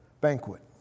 banquet